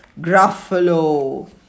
Gruffalo